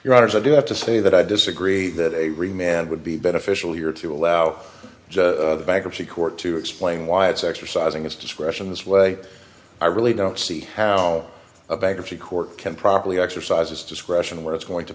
your honors i do have to say that i disagree that a rematch and would be beneficial year to allow bankruptcy court to explain why it's exercising its discretion this way i really don't see how a bankruptcy court can properly exercise its discretion where it's going to